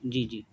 جی جی